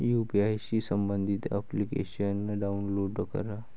UPI शी संबंधित application download करा